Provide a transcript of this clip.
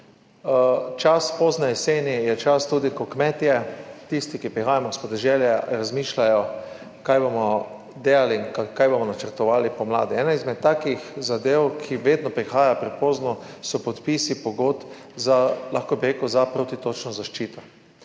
Čas pozne jeseni je tudi čas, ko kmetje, tisti, ki prihajamo s podeželja, razmišljamo, kaj bomo delali in kaj bomo načrtovali pomladi. Ena izmed takih zadev, ki vedno prihaja prepozno, so podpisi pogodb za protitočno zaščito.